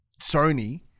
Sony